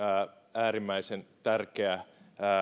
äärimmäisen tärkeä